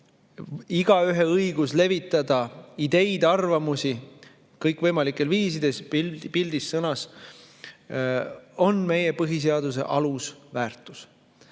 igaühe õigust levitada ideid, arvamusi kõikvõimalikel viisidel, pildis, sõnas. Need on meie põhiseaduse alusväärtused.